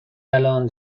الان